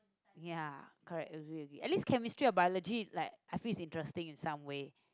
ya correct agree agree at least chemistry or biology is like I feel is interesting in some way